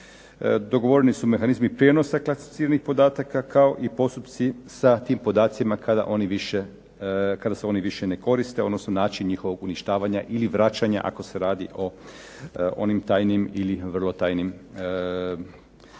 dogovoreni su mehanizmi prijenosa klasificiranih podataka, kao i postupci sa tim podacima kada se oni više ne koriste, odnosno način njihovog uništavanja ili vraćanja ako se radi o onim tajnim ili vrlo tajnim podacima.